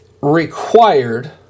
required